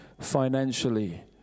financially